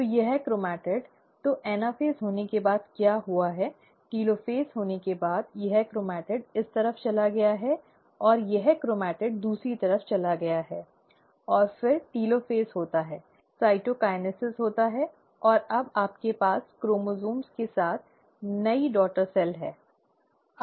तो यह क्रोमैटिड तो एनाफेज होने के बाद क्या हुआ है टेलोफेज होने के बाद यह क्रोमैटिड इस तरफ चला गया है और यह क्रोमैटिड दूसरी तरफ चला गया है और फिर टेलोफ़ेज़ होता है साइटोकिनेसिस होता है और अब आपके पास क्रोमोसोम्स के साथ नई डॉटर सेल है